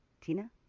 Tina